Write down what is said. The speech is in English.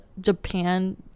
Japan